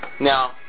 Now